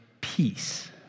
peace